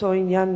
באותו עניין,